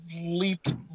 leaped